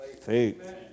faith